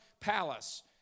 Palace